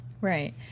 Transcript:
Right